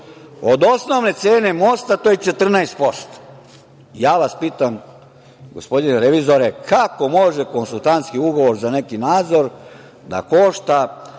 Od osnovne cene mosta to je 14%. Ja vas pitam, gospodine revizore, kako može konsultantski ugovor za neki nadzor da košta